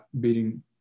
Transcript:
beating